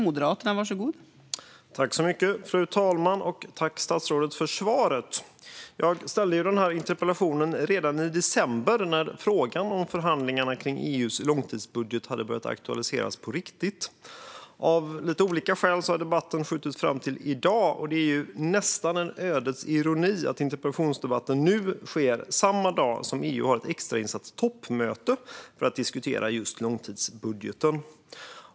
Fru talman! Jag tackar statsrådet för svaret. Jag ställde denna interpellation redan i december när frågan om förhandlingarna kring EU:s långtidsbudget hade börjat aktualiseras på riktigt. Av lite olika skäl har debatten skjutits fram till i dag. Det är nästan en ödets ironi att interpellationsdebatten sker samma dag som EU har ett extrainsatt toppmöte för att diskutera just långtidsbudgeten.